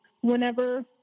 whenever